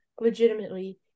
legitimately